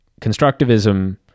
constructivism